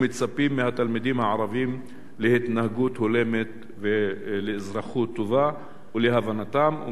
ומצפים מהתלמידים הערבים להתנהגות הולמת ול'אזרחות טובה' להבנתם,